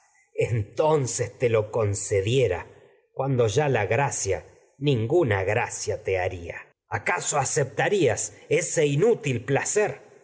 entonces te concediera cuan do ya la gracia ninguna imitil gracia te haría acaso acep tarías ese placer